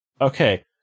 Okay